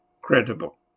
credible